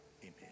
amen